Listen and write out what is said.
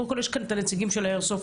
קודם כל יש כאן את הנציגים של האיירסופט,